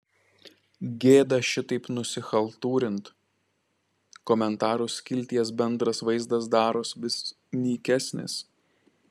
gėda šitaip nusichaltūrint komentarų skilties bendras vaizdas daros vis nykesnis